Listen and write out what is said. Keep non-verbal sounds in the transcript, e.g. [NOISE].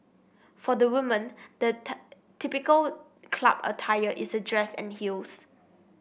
for the women the [UNINTELLIGIBLE] typical club attire is a dress and heels